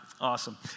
awesome